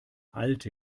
alte